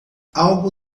algo